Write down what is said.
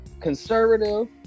conservative